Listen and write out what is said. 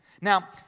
Now